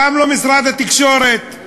קם לו משרד התקשורת.